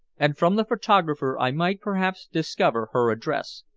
and from the photographer i might perhaps discover her address,